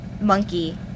monkey